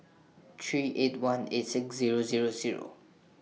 three eight one eight six Zero Zero Zero